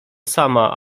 sama